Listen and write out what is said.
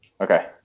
okay